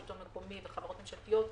שלטון מקומי וחברות ממשלתיות.